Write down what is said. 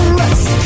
rest